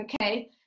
okay